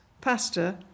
pasta